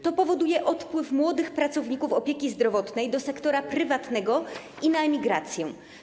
To powoduje odpływ młodych pracowników opieki zdrowotnej do sektora prywatnego i ich emigrację.